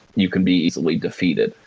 you can be easily defeated.